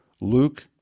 Luke